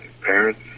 parents